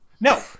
No